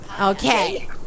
Okay